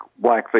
blackface